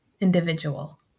individual